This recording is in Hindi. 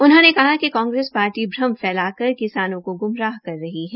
उन्होंने कहा कि कांग्रेस पार्टी अम फैला कर किसानों को गुमराह कर रही है